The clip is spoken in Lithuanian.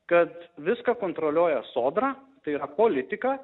kad viską kontroliuoja sodra tai yra politika